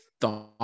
thought